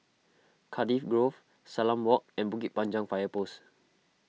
Cardiff Grove Salam Walk and Bukit Panjang Fire Post